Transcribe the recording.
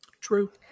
True